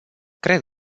cred